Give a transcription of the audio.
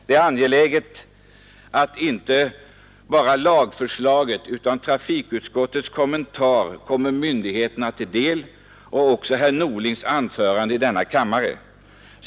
Det är angeläget att inte bara lagförslaget utan också trafikutskottets kommentar kommer myndigheterna till del, liksom också herr Norlings anförande i denna kammare.